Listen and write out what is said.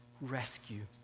rescue